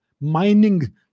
mining